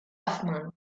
hoffman